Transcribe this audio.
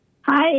Hi